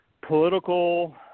political